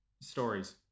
stories